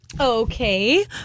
okay